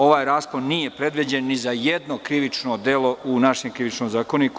Ovaj raspon nije predviđen ni za jedno krivično delo u našem Krivičnom zakoniku.